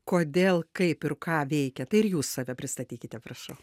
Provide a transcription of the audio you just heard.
kodėl kaip ir ką veikia tai ir jūs save pristatykite prašau